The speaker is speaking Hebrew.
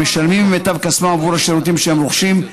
המשלמים ממיטב כספם עבור השירותים שהם רוכשים,